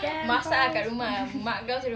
campfire's burning